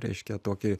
reiškia tokį